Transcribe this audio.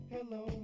Hello